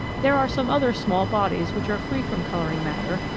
there are some other small bodies which are free from colouring matter,